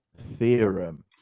theorem